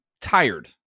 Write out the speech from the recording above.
tired